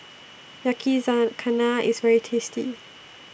Yakizakana IS very tasty